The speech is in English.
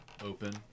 open